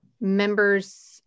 members